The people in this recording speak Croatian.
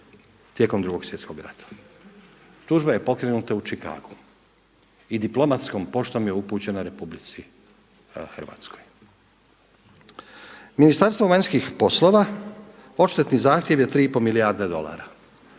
tijekom Drugog svjetskog rata. Tužba je pokrenuta u Čikagu i diplomatskom poštom je upućena RH. Ministarstvo vanjskih poslova odštetni zahtjev je 3,5 milijarde dolara.